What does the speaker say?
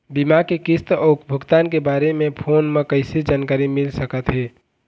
बीमा के किस्त अऊ भुगतान के बारे मे फोन म कइसे जानकारी मिल सकत हे?